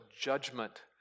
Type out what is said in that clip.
judgment